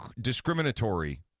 discriminatory